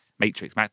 Matrix